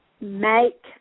make